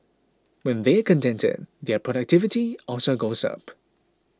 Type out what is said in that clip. when they are contented their productivity also goes up